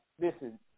listen